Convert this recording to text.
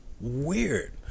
Weird